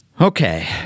okay